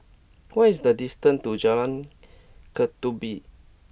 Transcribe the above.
what is the distance to Jalan Ketumbit